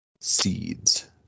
seeds